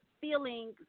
feeling